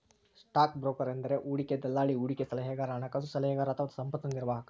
stock broker ಎಂದರೆ ಹೂಡಿಕೆ ದಲ್ಲಾಳಿ, ಹೂಡಿಕೆ ಸಲಹೆಗಾರ, ಹಣಕಾಸು ಸಲಹೆಗಾರ ಅಥವಾ ಸಂಪತ್ತು ನಿರ್ವಾಹಕ